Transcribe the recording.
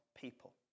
people